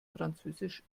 französisch